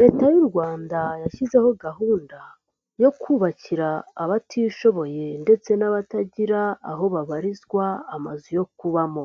Leta y'u Rwanda yashyizeho gahunda yo kubakira abatishoboye ndetse n'abatagira aho babarizwa amazu yo kubamo,